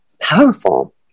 powerful